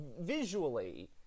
visually